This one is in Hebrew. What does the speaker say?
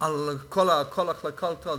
על כל ההחלטות.